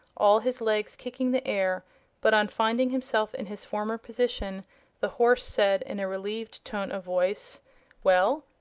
all his legs kicking the air but on finding himself in his former position the horse said, in a relieved tone of voice well,